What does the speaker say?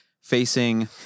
facing